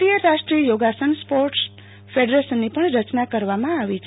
ભારતીય રાષ્ટ્રીય યોગાસન સ્પોર્ટસ ફેડરેશનની પણ રચના કરવામાં આવી છે